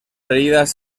heridas